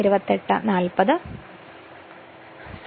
അതിനാൽ നമ്പർ 2